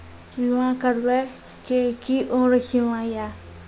बीमा करबे के कि उम्र सीमा या?